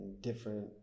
different